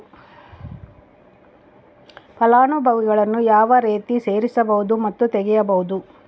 ಫಲಾನುಭವಿಗಳನ್ನು ಯಾವ ರೇತಿ ಸೇರಿಸಬಹುದು ಮತ್ತು ತೆಗೆಯಬಹುದು?